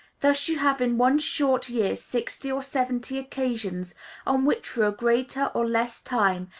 thus you have in one short year sixty or seventy occasions on which for a greater or less time,